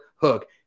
hook